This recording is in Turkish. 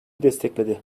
destekledi